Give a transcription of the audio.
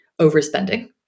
overspending